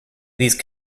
these